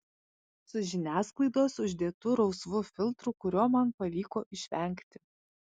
su žiniasklaidos uždėtu rausvu filtru kurio man pavyko išvengti